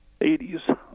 80s